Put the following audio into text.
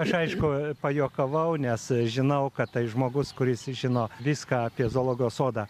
aš aišku pajuokavau nes žinau kad tai žmogus kuris žino viską apie zoologijos sodą